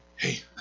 hey